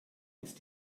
ist